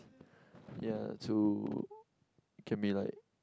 yeah to it can be like